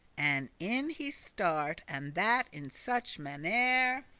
and in he start, and that in such mannere